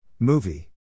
Movie